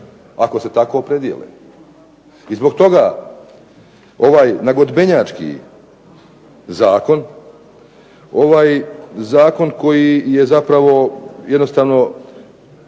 ako se tako opredijele. I zbog toga ovaj nagodbenjački zakon, ovaj zakon koji je zapravo jednostavno